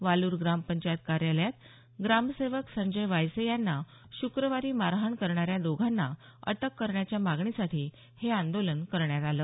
वालूर ग्राम पंचायत कार्यालयात ग्रामसेवक संजय वायसे यांना शुक्रवारी मारहाण करणाऱ्या दोघांना अटक करण्याच्या मागणीसाठी हे आंदोलन करण्यात आलं